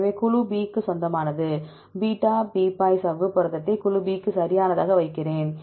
எனவே இது குழு B க்கு சொந்தமானது பீட்டா பீப்பாய் சவ்வு புரதத்தை குழு B க்கு சரியானதாக வைக்கிறேன்